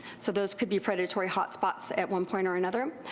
so those could be predatory hot spots at one point or another.